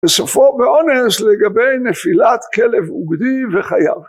וסופו באונס לגבי נפילת כלב עוגדי וחייו.